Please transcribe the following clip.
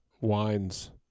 wines